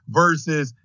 versus